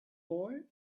boy